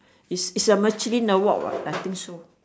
is is a michelin award what I think so